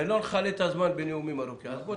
ולא נכלה את הזמן בנאומים ארוכים, אז רק